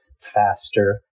faster